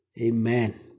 Amen